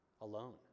alone